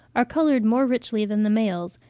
are coloured more richly than the males,